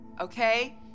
okay